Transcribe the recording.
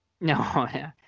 No